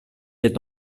est